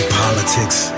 politics